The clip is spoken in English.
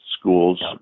schools